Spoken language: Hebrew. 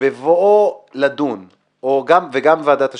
בבואו לדון, וגם ועדת השחרורים,